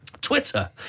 Twitter